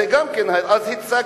אז הצגתם.